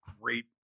great